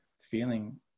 feeling